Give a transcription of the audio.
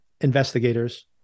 investigators